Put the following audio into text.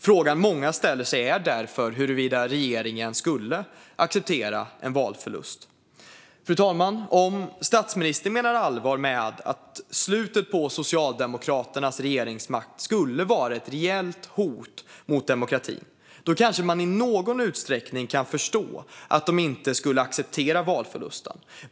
Frågan många ställer sig är därför huruvida regeringen skulle acceptera en valförlust. Fru talman! Om statsministern menar allvar med att slutet på Socialdemokraternas regeringsmakt skulle vara ett reellt hot mot demokratin kanske man i någon utsträckning kan förstå att de inte skulle acceptera valförlusten.